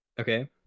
Okay